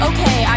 Okay